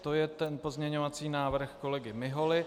To je pozměňovací návrh kolegy Miholy.